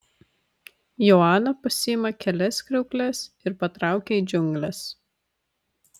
joana pasiima kelias kriaukles ir patraukia į džiungles